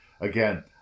again